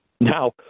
Now